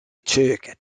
köket